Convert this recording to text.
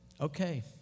okay